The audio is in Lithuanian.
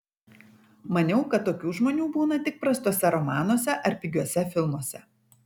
maniau kad tokių žmonių būna tik prastuose romanuose ar pigiuose filmuose